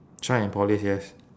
shine and polish yes